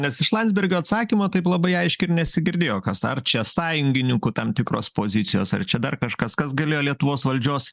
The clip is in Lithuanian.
nes iš landsbergio atsakymo taip labai aiškiai ir nesigirdėjo kas ar čia sąjungininkų tam tikros pozicijos ar čia dar kažkas kas galėjo lietuos valdžios